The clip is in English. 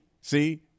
See